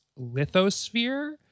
lithosphere